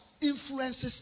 influences